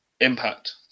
impact